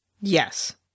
Yes